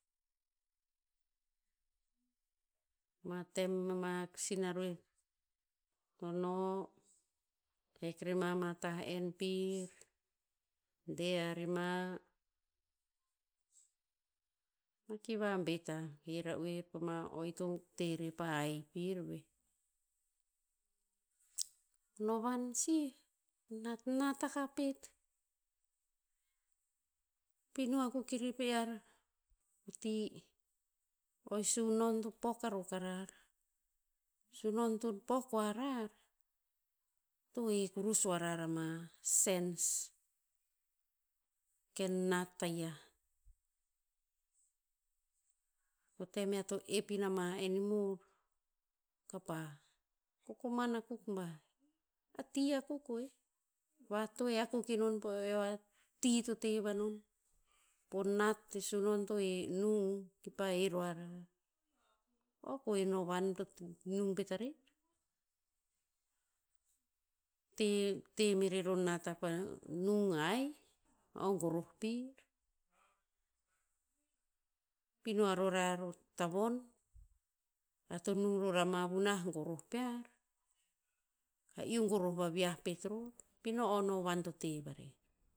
Ma tem ama sinaroer to no, hek rema ma tah en pir, de ha rema, ma ki vabet ha. He ra'oer pama o i to te rer he. Pama haih pir veh. Novan sih, o natnat akah pet. Pino akuk erer pe ear o ti. O e sunon to pok a ro karar. Sunon to pok o arar, to he kurus o arar ama sens. Ken nat tayiah. Po tem ear to ep in ama enimor, kapa kokoman akuk bat. A ti akuk koeh. Vatoe akuk enon po o eo a ti to te vanon. Po nat e sunon to he nung o kipa he ro arar. O koeh o novan to nung pet arar. Te- te merer o nat a pa nung haih. O goroh pir. Pino a rorar o tavon. Ear to nung ror ama vunah goroh pear, ka iu goroh vaviah pet ror, pino o novan to te varer.